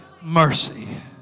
mercy